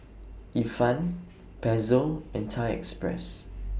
Ifan Pezzo and Thai Express